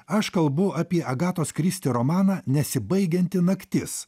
aš kalbu apie agatos kristi romaną nesibaigianti naktis